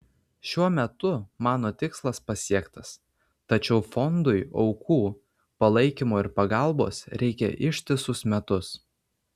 šiuo metu mano tikslas pasiektas tačiau fondui aukų palaikymo ir pagalbos reikia ištisus metus